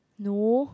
no